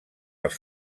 els